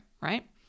right